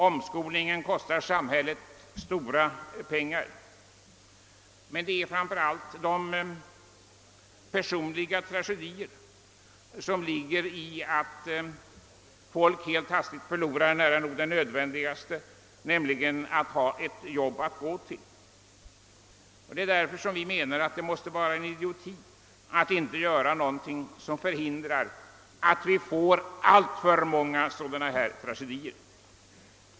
Omskolningen kostar samhället stora pengar, men framför allt rör det sig om de personliga tragedier, som ligger i att folk helt hastigt förlorar det nära nog nödvändigaste, nämligen att ha ett arbete att gå till. Det måste enligt vår mening vara ren idioti att inte göra någonting som förhindrar att det inträffar alltför många sådana tragedier.